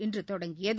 இன்று தொடங்கியது